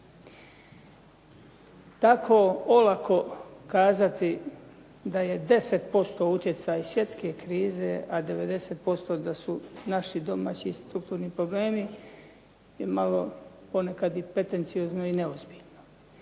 Tako olako kazati da je 10% utjecaj svjetske krize a 90% da su naši domaći strukturni problemi je malo ponekad i pretenciozno i neozbiljno.